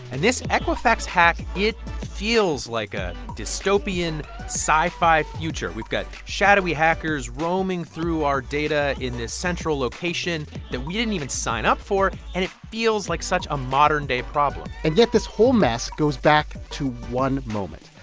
and this equifax hack, it feels like a dystopian sci-fi future. we've got shadowy hackers roaming through our data in this central location that we didn't even sign up for. and it feels like such a modern-day problem and yet this whole mess goes back to one moment,